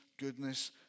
Goodness